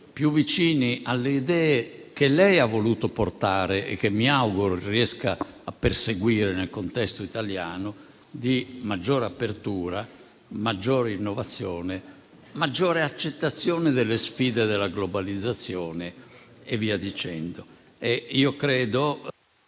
più vicini alle idee che lei ha voluto portare e che mi auguro riesca a perseguire nel contesto italiano, di maggiore apertura, innovazione e accettazione delle sfide della globalizzazione. Io credo